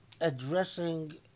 addressing